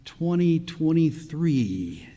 2023